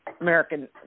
American